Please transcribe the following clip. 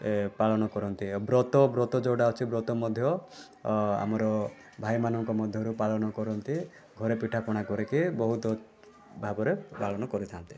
ଏ ପାଳନ କରନ୍ତି ବ୍ରତ ବ୍ରତ ଯେଉଁଟା ଅଛି ବ୍ରତ ମଧ୍ୟ ଆମର ଭାଇମାନଙ୍କ ମଧ୍ୟରୁ ପାଳନ କରନ୍ତି ଘରେ ପିଠା ପଣା କରିକି ବହୁତ ଭାବରେ ପାଳନ କରିଥାନ୍ତି